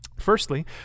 Firstly